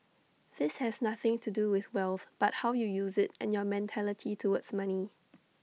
this has nothing to do with wealth but how you use IT and your mentality towards money